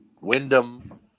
Wyndham